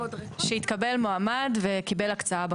שהתקבל מועמד וקיבל הקצאה בקרקע.